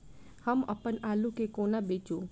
हम अप्पन आलु केँ कोना बेचू?